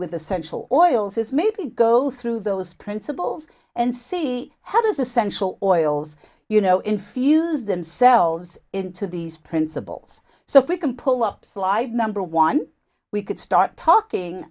with essential oils is maybe go through those principles and see how does essential oils you know infuse themselves into these principles so we can pull up fly number one we could start talking